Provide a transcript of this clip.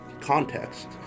context